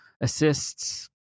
assists